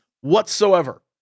whatsoever